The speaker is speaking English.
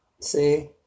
See